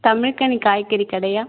தமிழ்க்கனி காய்கறி கடையா